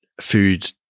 food